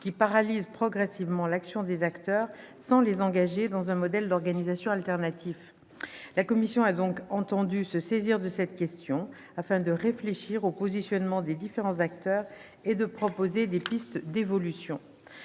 qui paralyse progressivement l'action des acteurs sans les engager dans un modèle d'organisation alternatif. La commission a donc décidé de se saisir de cette question et de réfléchir au positionnement des différents acteurs pour proposer des pistes d'évolution.